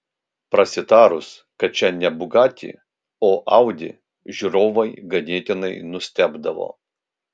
prasitarus kad čia ne bugatti o audi žiūrovai ganėtinai nustebdavo